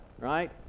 right